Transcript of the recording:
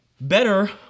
Better